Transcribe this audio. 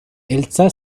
elsa